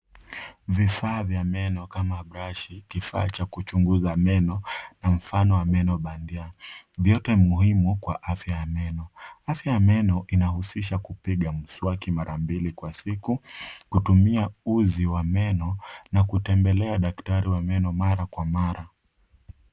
Vifaa vya meno kama brashi, kifaa cha kuchunguza meno, na mfano wa meno bandia, vyote muhimu kwa afya ya meno. Afya ya meno inahusisha kupiga mswaki mara mbili kwa siku, kutumia uzi wa meno, na kutembelea daktari wa meno mara kwa mara.